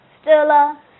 Stella